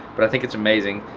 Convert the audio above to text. but i think it's amazing.